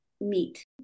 meet